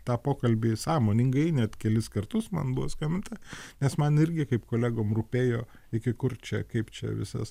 tą pokalbį sąmoningai net kelis kartus man buvo skambinta nes man irgi kaip kolegom rūpėjo iki kur čia kaip čia visas